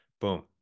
boom